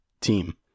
team